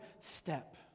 step